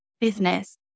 business